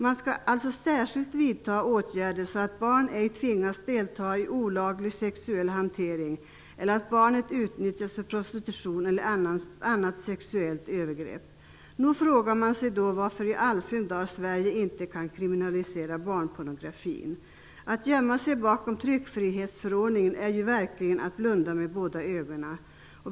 Man skall alltså särskilt vidta åtgärder, så att barn ej tvingas delta i olaglig sexuell hantering eller utnyttjas för prositution eller annat sexuellt övergrepp. Nog frågar man sig då varför i all sin dar Sverige inte kan kriminalisera barnpornografin. Att gömma sig bakom tryckfrihetsförordningen är ju verkligen att blunda med båda ögonen.